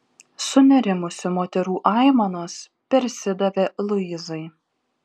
sunerimusių moterų aimanos persidavė luizai